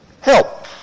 Help